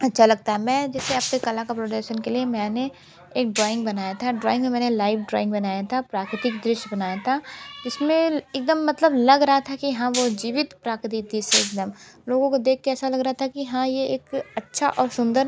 अच्छा लगता है मैं जैसे अपनी कला का प्रदर्शन के लिए मैंने एक ड्राॅइंग बनाया था ड्राॅइंग में मैंने लाइव ड्राॅइंग बनाया था प्राकृतिक दृश्य बनाया था जिसमें एक दम मतलब लग रहा था कि हाँ वो जीवित प्रकृति चीज़ है एक दम लोगों को देख के ऐसा लग रहा था कि हाँ ये एक अच्छा और सुंदर